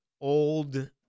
old